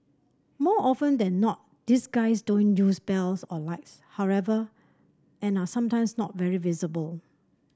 more often than not these guys don't use bells or lights however and are sometimes not very visible